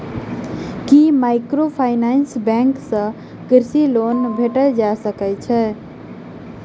की microfinance bank सँ कृषि loan भेटि सकैत अछि?